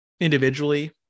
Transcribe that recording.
individually